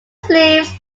sleeves